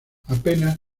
apenas